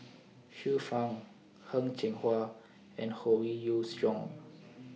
Xiu Fang Heng Cheng Hwa and Howe Yoon Chong